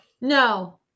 no